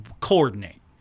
Coordinate